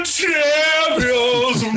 champions